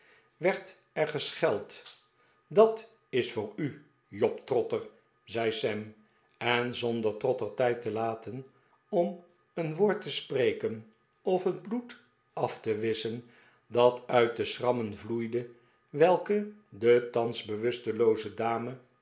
werd er gescheld dat is voor u job trotter zei sam en zonder trotter tijd te laten om een woord te spreken of het bloed af te wisschen dat uit de schrammen vloeide welke de thans bewustelooze dame